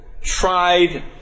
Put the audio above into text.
tried